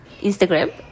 Instagram